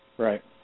Right